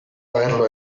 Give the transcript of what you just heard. haberlo